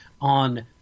on